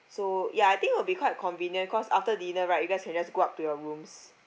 so ya I think will be quite convenient because after dinner right you guys can just go up to your rooms